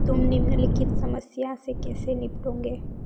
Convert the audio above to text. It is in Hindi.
तुम निम्नलिखित समस्या से कैसे निपटोगे